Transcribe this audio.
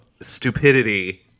stupidity